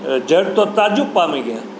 એટલે જજ તો તાજુબ પામી ગયા